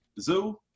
Zoo